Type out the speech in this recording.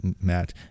Matt